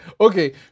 Okay